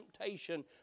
temptation